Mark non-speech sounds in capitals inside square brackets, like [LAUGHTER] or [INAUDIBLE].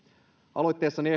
aloitteessani [UNINTELLIGIBLE]